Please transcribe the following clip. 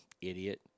Idiot